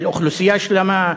של אוכלוסייה שלמה,